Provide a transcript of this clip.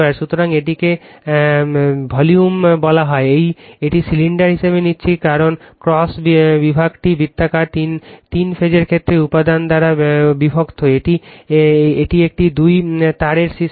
সুতরাং এটিকে ভলিউম বলা হয় এটি সিলিন্ডার হিসাবে নিচ্ছে কারণ ক্রস বিভাগটি বৃত্তাকার তিন ফেজের ক্ষেত্রে উপাদান দ্বারা বিভক্ত এটি একটি দুই তারের সিস্টেম